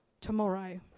tomorrow